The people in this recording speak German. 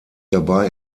dabei